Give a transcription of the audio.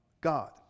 God